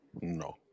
No